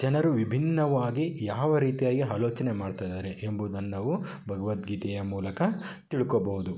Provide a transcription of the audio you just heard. ಜನರು ವಿಭಿನ್ನವಾಗಿ ಯಾವ ರೀತಿಯಾಗಿ ಆಲೋಚನೆ ಮಾಡ್ತಾ ಇದ್ದಾರೆ ಎಂಬುದನ್ನು ನಾವು ಭಗವದ್ಗೀತೆಯ ಮೂಲಕ ತಿಳ್ಕೋಬೌದು